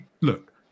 look